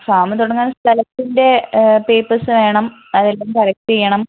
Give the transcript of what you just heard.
farm തുടങ്ങാൻ സ്ഥലത്തിൻ്റെ papers വേണം അതെല്ലാം കറക്റ്റ് ചെയ്യണം